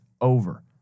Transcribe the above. over